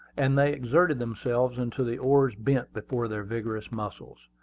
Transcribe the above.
and they exerted themselves until the oars bent before their vigorous muscles.